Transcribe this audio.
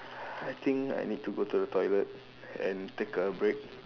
I think I need to go to the toilet and take a break